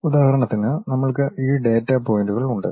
ഉദാഹരണത്തിന് നമ്മൾക്ക് ഈ ഡാറ്റ പോയിന്റുകൾ ഉണ്ട്